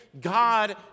God